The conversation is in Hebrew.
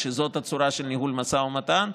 כשזאת הצורה של ניהול המשא ומתן.